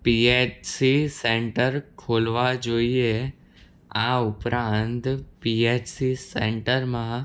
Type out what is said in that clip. પી H C centre ખોલવા જોઈએ આ ઉપરાંત પી એચ સી સેંટરમાં